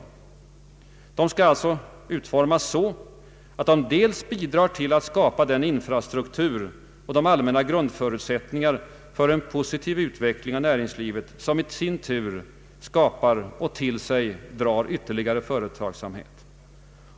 Åtgärderna skall alltså utformas så att de bidrar till att skapa den infrastruktur och de allmänna grundförutsättningar för en positiv utveckling av näringslivet som i sin tur skapar och till sig drar ytterligare företagsamhet.